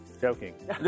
joking